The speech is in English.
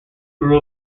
grew